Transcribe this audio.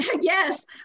yes